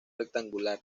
rectangular